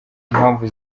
impamvu